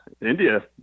India